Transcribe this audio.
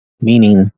meaning